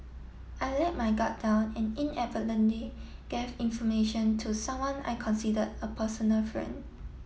I let my guard down and inadvertently gave information to someone I considered a personal friend